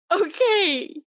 Okay